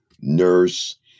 nurse